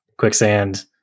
quicksand